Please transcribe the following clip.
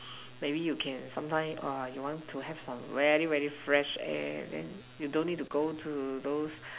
maybe you can sometime uh you want to have some really really fresh air then you don't need to go to those